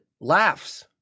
laughs